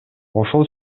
ошол